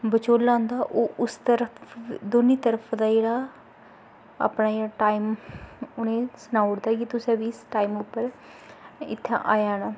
बचोला होंदा ओह् उस तरफ दोनीं तरफ दा जेह्ड़ा अपना जेह्ड़ा टाईम उ'नें गी सनाई ओड़दा कि तुसें बी इस टाईम उप्पर इत्थै आई जाना